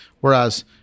Whereas